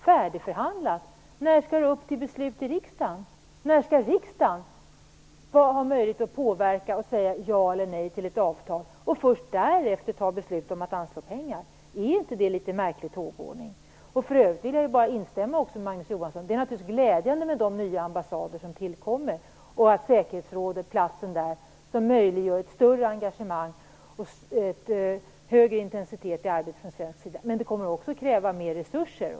Färdigförhandlat - när skall detta upp till beslut i riksdagen? När skall riksdagen ha möjlighet att påverka och säga ja eller nej till ett avtal och först därefter fatta beslut om att anslå pengar? Är inte det en litet märklig tågordning? För övrigt vill jag bara instämma med Magnus Johansson, det är naturligtvis glädjande med de nya ambassader som tillkommer och med platsen i säkerhetsrådet som möjliggör ett större engagemang och en högre intensitet i arbetet från svensk sida. Men det kommer också att kräva mer resurser.